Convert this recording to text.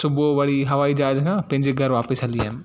सुबुहु वरी हवाई जहाज मां पंहिंजे घरु वापिस हली आयमि